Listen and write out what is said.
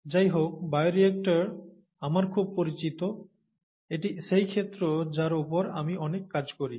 যাইহোক বায়োরিয়্যাক্টর আমার খুব পরিচিত এটি সেই ক্ষেত্র যার ওপর আমি অনেক কাজ করি